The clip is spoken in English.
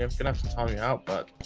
um gonna tell me out but